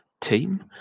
team